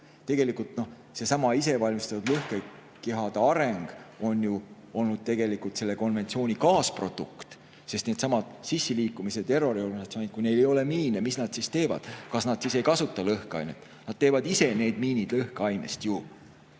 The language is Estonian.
Tegelikult on seesama isevalmistatud lõhkekehade areng ju olnud selle konventsiooni kaasprodukt. Mida needsamad sissiliikumised ja terroriorganisatsioonid, kui neil ei ole miine, siis teevad? Kas nad siis ei kasuta lõhkeainet? Nad teevad ise need miinid lõhkeainest ja